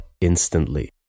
instantly